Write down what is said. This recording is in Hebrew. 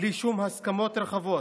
בלי שום הסכמות רחבות,